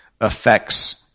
affects